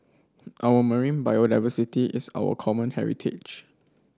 our marine biodiversity is our common heritage